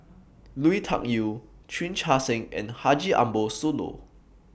Lui Tuck Yew Chan Chee Seng and Haji Ambo Sooloh